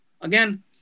Again